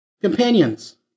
companions